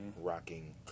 rocking